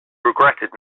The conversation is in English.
regretted